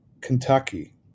Kentucky